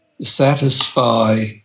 satisfy